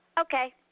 Okay